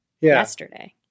yesterday